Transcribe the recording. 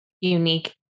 unique